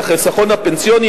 את החיסכון הפנסיוני,